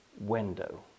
Window